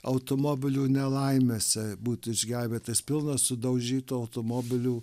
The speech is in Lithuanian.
automobilių nelaimėse būtų išgelbėtas pilnas sudaužytų automobilių